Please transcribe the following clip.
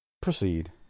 Proceed